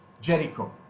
Jericho